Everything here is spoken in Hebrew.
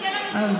תיתן לנו תשובות,